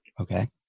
Okay